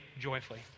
joyfully